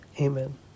Amen